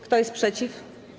Kto jest przeciw?